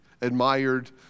admired